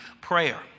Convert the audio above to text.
prayer